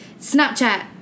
Snapchat